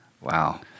Wow